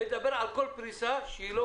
לגבי כל פריסה שהיא לא